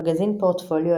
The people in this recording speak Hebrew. מגזין פורטפוליו,